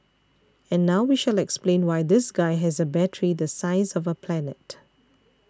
and now we shall explain why this guy has a battery the size of a planet